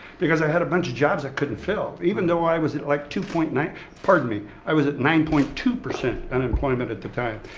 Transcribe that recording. because i had a bunch of jobs i couldn't fill. even though i was at, like two point nine pardon me, i was at nine point two percent unemployment at the time.